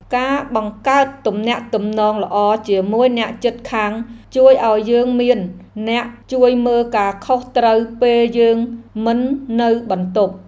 ការបង្កើតទំនាក់ទំនងល្អជាមួយអ្នកជិតខាងជួយឱ្យយើងមានអ្នកជួយមើលការខុសត្រូវពេលយើងមិននៅបន្ទប់។